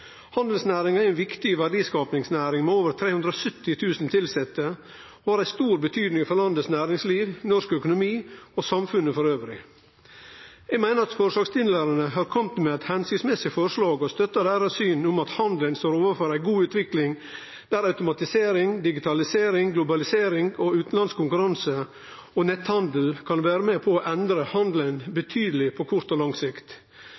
Handelsnæringa er ei viktig verdiskapingsnæring, med over 370 000 tilsette, og har stor betyding for næringsliv og økonomi i dette landet og for samfunnet elles. Eg meiner at forslagsstillarane har kome med eit hensiktsmessig forslag, og støttar deira syn, at handelen står framfor ei god utvikling, der automatisering, digitalisering, globalisering, utanlandsk konkurranse og netthandel kan vere med på å endre handelen betydeleg, på kort og på lang sikt.